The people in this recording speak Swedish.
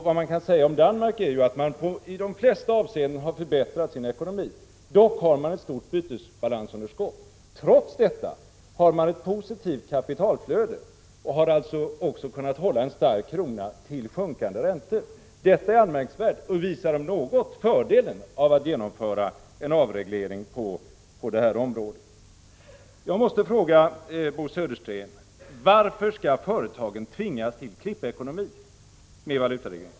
Vad vi kan säga om Danmark är ju att man i de flesta avseenden har förbättrat sin ekonomi. Dock har man ett stort bytesbalansunderskott. Trots detta har man ett positivt kapitalflöde och har alltså också kunnat hålla en stark krona till sjunkande räntor. Det är anmärkningsvärt och visar om något fördelen av att genomföra en avreglering på detta område. Jag måste fråga Bo Södersten: Varför skall företagen med valutareglering tvingas till klippekonomi?